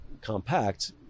compact